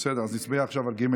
בסדר, אז נצביע עכשיו על ג'.